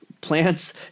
plants